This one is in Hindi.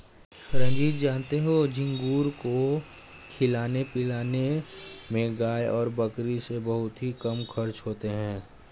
रंजीत जानते हो झींगुर को खिलाने पिलाने में गाय और बकरी से बहुत ही कम खर्च होता है